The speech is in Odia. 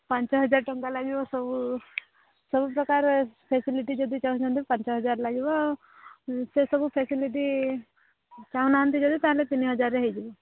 ପାଞ୍ଚହଜାର ଟଙ୍କା ଲାଗିବ ସବୁ ସବୁ ପ୍ରକାର ଫ୍ୟାସିଲିଟି ଯଦି ଚାହୁଁଛନ୍ତି ପାଞ୍ଚହଜାର ଲାଗିବ ସେ ସବୁ ଫ୍ୟାସିଲିଟି ଯଦି ଚାହୁଁ ନାହାନ୍ତି ତେବେ ତିନିହଜାରରେ ହେଇଯିବ